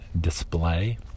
display